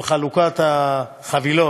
של חלוקת החבילות,